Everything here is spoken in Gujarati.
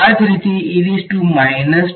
વિદ્યાર્થી માઇનસ